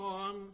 on